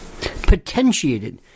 potentiated